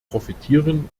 profitieren